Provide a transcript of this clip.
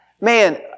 man